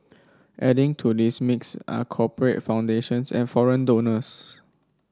adding to this mix are corporate foundations and foreign donors